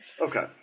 Okay